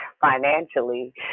financially